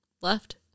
left